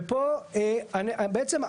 ופה בעצם,